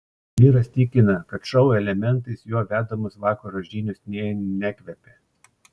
vyras tikina kad šou elementais jo vedamos vakaro žinios nė nekvepia